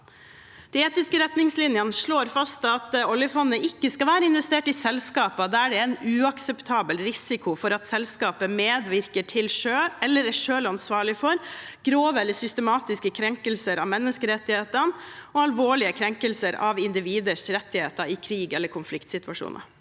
De etiske retningslinjene slår fast at oljefondet ikke skal være investert i selskaper der det er en uakseptabel risiko for at selskapet medvirker til eller selv er ansvarlig for grove eller systematiske krenkelser av menneskerettighetene og alvorlige krenkelser av individers rettigheter i krig eller konfliktsituasjoner.